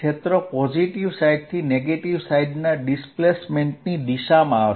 ક્ષેત્ર પોઝિટિવ સાઈડથી નેગેટીવ સાઇડના ડિસ્પ્લેસમેન્ટની દિશામાં હશે